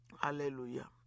Hallelujah